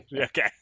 Okay